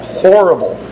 horrible